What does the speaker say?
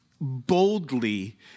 boldly